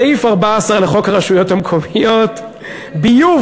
סעיף 14 לחוק הרשויות המקומיות (ביוב),